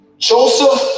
Joseph